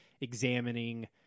examining